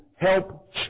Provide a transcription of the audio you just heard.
help